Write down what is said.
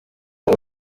ubu